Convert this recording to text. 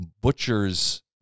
butcher's